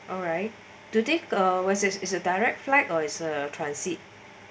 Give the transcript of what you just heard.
alright do it was it is a direct flight or is a transit